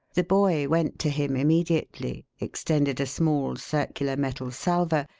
the boy went to him immediately, extended a small, circular metal salver,